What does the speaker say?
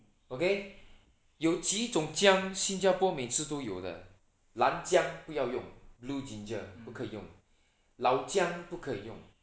okay 有几种姜新加坡每次都有的蓝姜不要用 blue ginger 不可以用 老姜不可以用